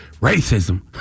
Racism